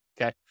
okay